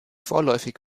vorläufig